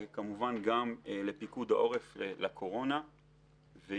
וגם לפיקוד העורף בגלל הקורונה וירידה